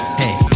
hey